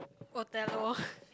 Othello